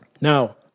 Now